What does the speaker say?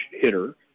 hitter